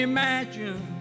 Imagine